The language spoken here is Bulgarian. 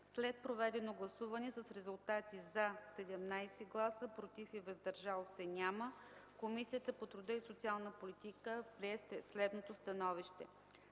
След проведено гласуване с резултати: „за” – 17 гласа, „против” и „въздържал се” – няма, Комисията по труда и социалната политика прие следното становище: